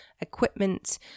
equipment